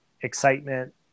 excitement